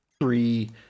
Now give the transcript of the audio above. three